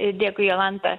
dėkui jolanta